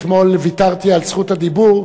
אתמול ויתרתי על זכות הדיבור,